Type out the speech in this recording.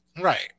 right